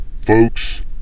Folks